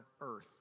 earth